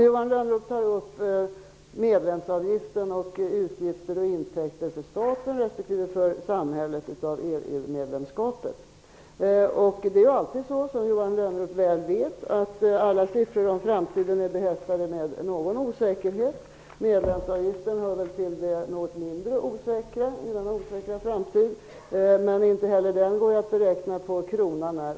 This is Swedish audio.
Johan Lönnroth tar upp medlemsavgiften och utgifter och intäkter för staten respektive samhället för EU-medlemskapet. Som Johan Lönnroth mycket väl vet är alla siffror om framtiden behäftade med någon osäkerhet. Medlemsavgiften hör väl till det något mindre osäkra i en osäker framtid, men inte heller den går att beräkna på kronan när.